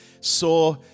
saw